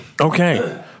Okay